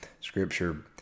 Scripture